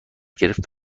گرفت